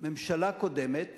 ממשלה קודמת